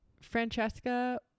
Francesca